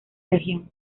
región